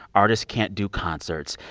artists can't do concerts.